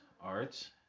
arts